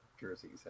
jerseys